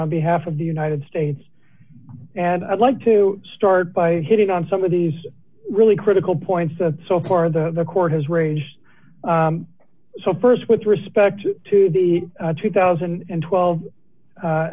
on behalf of the united states and i'd like to start by hitting on some of these really critical points so far the court has ranged so st with respect to the two thousand and twelve